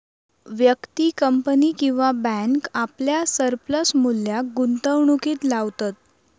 व्यक्ती, कंपनी किंवा बॅन्क आपल्या सरप्लस मुल्याक गुंतवणुकीत लावतत